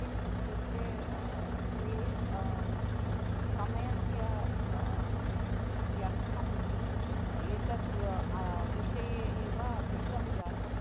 किम् इत्युक्ते ते समयस्य व्यर्थम् एतद् व्य् विषये एव अधिकं जातम्